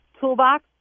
toolbox